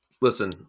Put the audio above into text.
listen